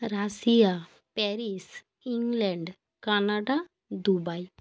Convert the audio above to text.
Russia Paris England Canada Dubai